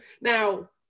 Now